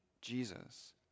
Jesus